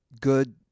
good